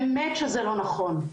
באמת שזה לא נכון.